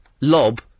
Lob